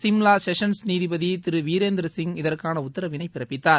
Shimla sessions நீதிபதி திரு வீரேந்தர்சிங் இதற்கான உத்தரவினை பிறப்பித்தார்